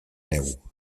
neu